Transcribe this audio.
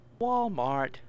Walmart